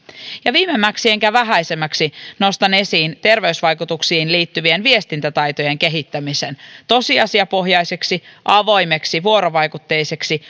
viimeisimmäksi enkä vähäisimmäksi nostan esiin terveysvaikutuksiin liittyvien viestintätaitojen kehittämisen tosiasiapohjaisiksi avoimiksi vuorovaikutteisiksi